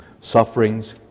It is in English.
sufferings